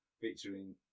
featuring